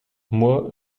moi